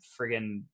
friggin